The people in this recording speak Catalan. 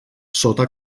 sota